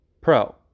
Pro